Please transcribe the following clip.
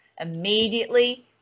immediately